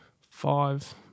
five